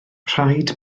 rhaid